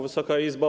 Wysoka Izbo!